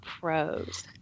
pros